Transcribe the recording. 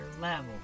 level